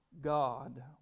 God